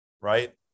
right